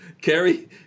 Carrie